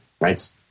right